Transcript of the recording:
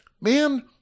Man